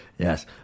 Yes